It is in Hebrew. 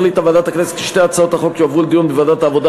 החליטה ועדת הכנסת כי שתי הצעות החוק יועברו לדיון בוועדת העבודה,